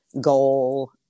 goal